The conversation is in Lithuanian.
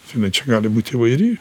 jinai čia gali būt įvairi